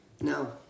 No